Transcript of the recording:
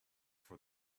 for